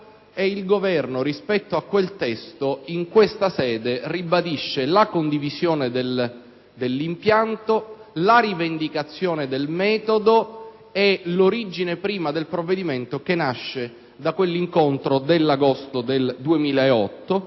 il Governo ribadisce in questa sede la condivisione dell'impianto, la rivendicazione del metodo e l'origine prima del provvedimento che nasce da quell'incontro dell'agosto 2008,